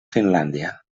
finlàndia